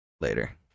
later